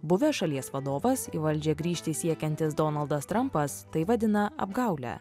buvęs šalies vadovas į valdžią grįžti siekiantis donaldas trampas tai vadina apgaule